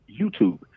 YouTube